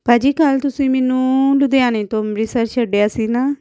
ਭਾਅ ਜੀ ਕੱਲ੍ਹ ਤੁਸੀਂ ਮੈਨੂੰ ਲੁਧਿਆਣੇ ਤੋਂ ਅੰਮ੍ਰਿਤਸਰ ਛੱਡਿਆ ਸੀ ਨਾ